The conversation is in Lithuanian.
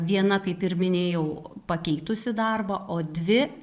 viena kaip ir minėjau pakeitusi darbą o dvi